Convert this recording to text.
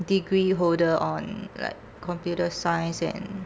degree holder on like computer science and